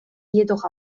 jedoch